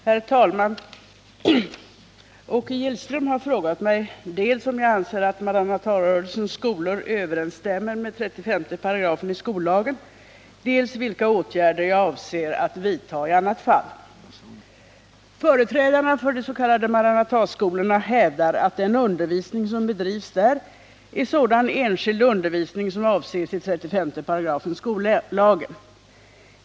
Herr talman! Åke Gillström har frågat mig dels om jag anser att Maranatarörelsens skolor överensstämmer med 35 § i skollagen, dels vilka åtgärder jag avser att vidtaga i annat fall. Företrädarna för de s.k. Maranataskolorna hävdar att den undervisning som bedrivs där är sådan enskild undervisning som avses i 35 § skollagen.